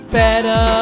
better